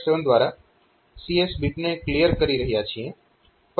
7 દ્વારા CS બીટને clear કરી રહ્યા છીએ